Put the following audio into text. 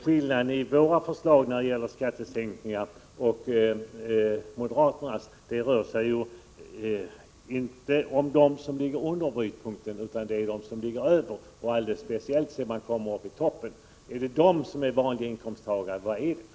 Skillnaden mellan centerns förslag till skattesänkningar och moderaternas gäller inte dem som ligger under brytpunkten utan dem som ligger över denna, speciellt sedan man kommer upp i toppen. Är det dessa som är vanliga inkomsttagare eller vilka är det?